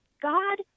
god